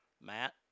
Matt